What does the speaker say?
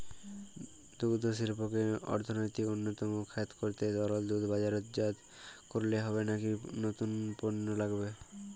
দুগ্ধশিল্পকে অর্থনীতির অন্যতম খাত করতে তরল দুধ বাজারজাত করলেই হবে নাকি নতুন পণ্য লাগবে?